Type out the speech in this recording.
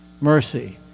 mercy